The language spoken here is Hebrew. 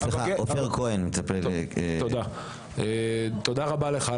תודה רבה.